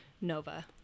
Nova